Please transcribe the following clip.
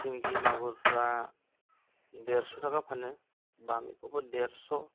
सिंगि मागुरफोरा देरस' थाखा फानो बामिखौबो देरस'